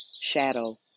shadow